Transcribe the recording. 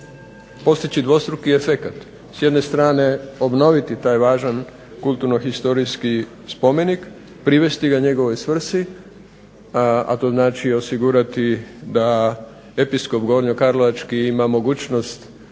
postići dvostruki efekat. S jedne strane obnoviti taj važan kulturno-historijski spomenik, privesti ga njegovoj svrsi, a to znači osigurati da Episkop gornjokarlovački ima mogućnost